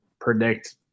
predict